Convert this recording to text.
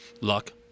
Luck